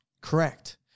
Correct